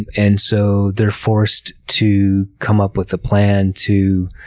and and so, they're forced to come up with a plan to